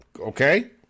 okay